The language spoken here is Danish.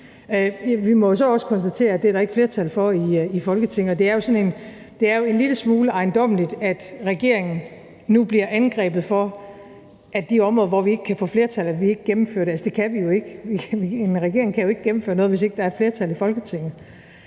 jo så også konstatere, at det er der ikke flertal for i Folketinget. Det er jo en lille smule ejendommeligt, at regeringen nu bliver angrebet for, at på de områder, hvor vi ikke kan få flertal, gennemfører vi det ikke. Det kan vi jo ikke. En regering kan jo ikke gennemføre noget, hvis ikke der er et flertal i Folketinget